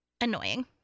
annoying